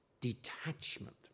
detachment